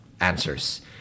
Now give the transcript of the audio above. answers